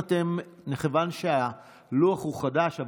מכיוון שהלוח הוא חדש,